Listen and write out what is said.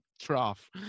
trough